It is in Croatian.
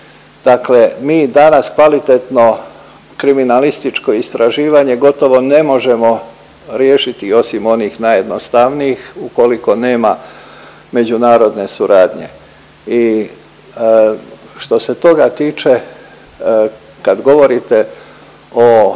dakle mi danas kvalitetno kriminalističko istraživanje gotovo ne možemo riješiti osim onih najjednostavnijih ukoliko nema međunarodne suradnje i što se toga tiče kad govorite o